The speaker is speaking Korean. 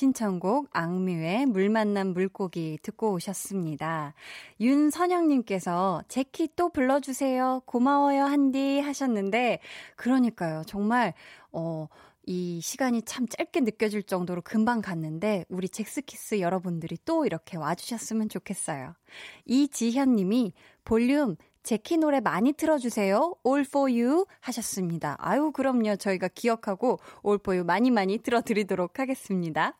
신청곡 악뮤의 물 만난 물고기 듣고 오셨습니다. 윤선영님께서 "젝키 또 불러주세요. 고마워요, 한디." 하셨는데 그러니까요. 정말, 어, 이 시간이 참 짧게 느껴질 정도로 금방 갔는데 우리 젝스키스 여러분들이 또 이렇게 와주셨으면 좋겠어요. 이지현님이 "볼륨, 젝키 노래 많이 틀어주세요. All for you." 하셨습니다. 아유, 그럼요. 저희가 기억하고 All for you 많이 많이 틀어드리도록 하겠습니다.